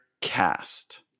cast